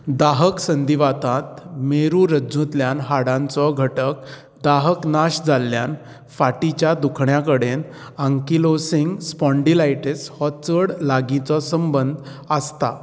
दाहक संधिवातांत मेरुरज्जूंतल्या हाडांचो घटक दाहक नाश जाल्ल्यान फाटिच्या दुखण्याकडेन आंकिलोसिंग स्पॉन्डिलायटीस हो चड लागींचो संबंद आसता